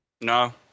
No